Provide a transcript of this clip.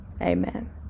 Amen